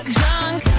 drunk